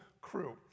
crew